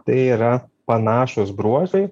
tai yra panašūs bruožai